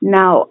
Now